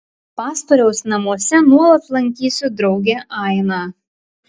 pastoriaus namuose nuolat lankysiu draugę ainą